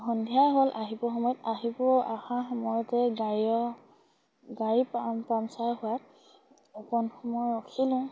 সন্ধিয়া হ'ল আহিবৰ সময়ত আহিব অহা সময়তে গাড়ী পাম পামচাৰ হোৱাত অকন সময় ৰখিলোঁ